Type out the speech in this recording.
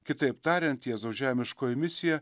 kitaip tariant jėzaus žemiškoji misija